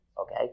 okay